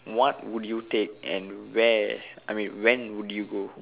what would you take and where I mean when would you go